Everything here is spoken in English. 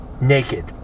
Naked